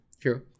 True